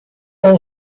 com